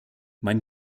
mein